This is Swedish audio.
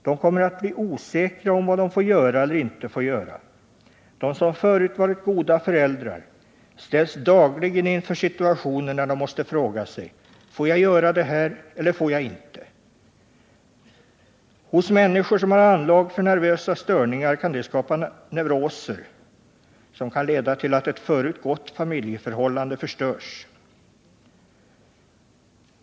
De kommer att bli osäkra om vad de får göra eller inte får göra. De som förut varit goda föräldrar ställs dagligen inför situationer när de måste fråga sig: Får jag göra det här eller får jag inte? Hos människor som har anlag för nervösa störningar kan detta skapa neuroser, som kan leda till att ett förut gott familjeförhållande förstörs.